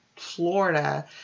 florida